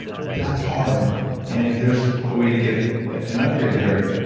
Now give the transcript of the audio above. that's hard and if there's a way to get an upgrade there,